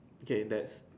okay that's